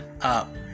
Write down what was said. up